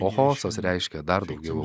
o chaosas reiškia dar daugiau